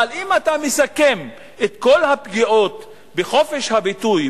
אבל אם אתה מסכם את כל הפגיעות בחופש הביטוי,